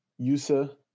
Yusa